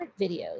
videos